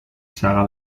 saga